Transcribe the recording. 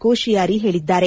ಕೋಶಯಾರಿ ಹೇಳಿದ್ದಾರೆ